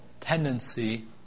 tendency